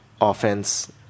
offense